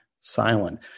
silent